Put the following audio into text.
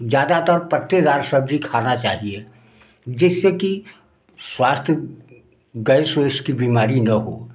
ज्यादातर पत्तेदार सब्जी खाना चाहिए जिससे कि स्वास्थ्य गैस वैस की बीमारी न हो